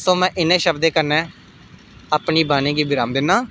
सौ में इ'नें शब्दें कन्नै अपनी वानी गी विराम दिन्ना